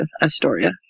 Astoria